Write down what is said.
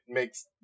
Makes